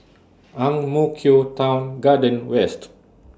Ang Mo Kio Town Garden West